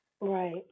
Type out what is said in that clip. right